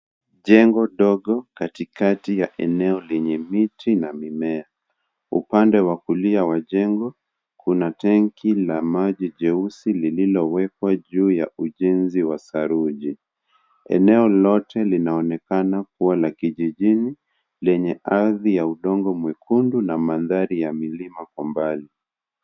Jengo ndogo katikati ya eneo lenye viti na mimea. Upande wa kulia wa jengo una tangi la maji jeusi lililowekwa juu ya ujenzi wa saruji. Eneo lote linaonekana kuwa la kijijini lenye ardhi ya udongo mwekundu na mandhari ya milima kwa mbali.